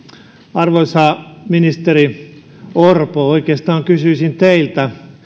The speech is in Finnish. arvoisa ministeri orpo oikeastaan kysyisin teiltä